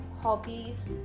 hobbies